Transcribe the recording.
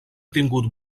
tingut